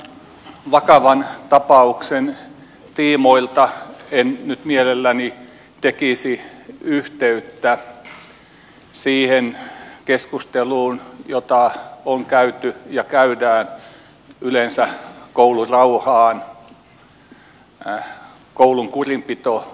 tämän vakavan tapauksen tiimoilta en nyt mielelläni tekisi yhteyttä siihen keskusteluun jota on käyty ja käydään yleensä koulurauhasta koulun kurinpito ongelmista